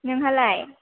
नोंहालाय